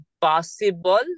Possible